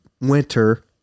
winter